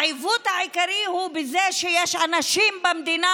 העיוות העיקרי הוא בזה שיש אנשים במדינה